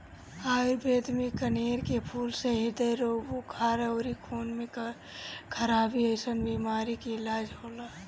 आयुर्वेद में कनेर के फूल से ह्रदय रोग, बुखार अउरी खून में खराबी जइसन बीमारी के इलाज होला